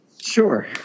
Sure